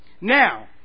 Now